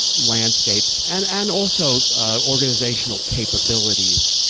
landscapes and and also organizational capabilities